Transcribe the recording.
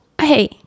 Hey